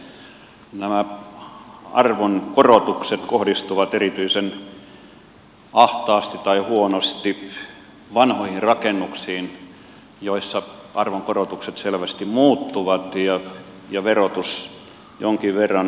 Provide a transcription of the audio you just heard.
nämä arvonkorotukset kohdistuvat erityisen ahtaasti tai huonosti vanhoihin rakennuksiin joissa arvonkorotukset selvästi muuttuvat ja verotus jonkin verran kiristyy